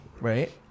right